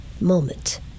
moment